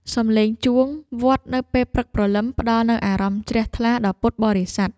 សំឡេងជួងវត្តនៅពេលព្រឹកព្រលឹម ផ្តល់នូវអារម្មណ៍ជ្រះថ្លាដល់ពុទ្ធបរិស័ទ។